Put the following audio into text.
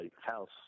house